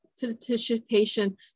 participation